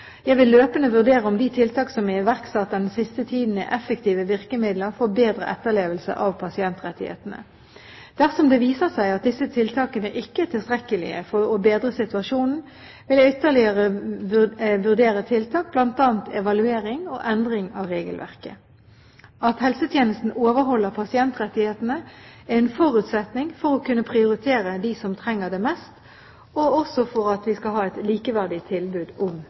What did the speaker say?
Jeg vil løpende vurdere om de tiltak som er iverksatt den siste tiden, er effektive virkemidler for bedre etterlevelse av pasientrettighetene. Dersom det viser seg at disse tiltakene ikke er tilstrekkelige for å bedre situasjonen, vil jeg vurdere ytterlige tiltak, bl.a. evaluering og endring av regelverket. At helsetjenesten overholder pasientrettighetene, er en forutsetning for å kunne prioritere dem som trenger det mest, og også for at vi skal ha et likeverdig tilbud om